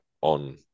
on